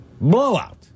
Blowout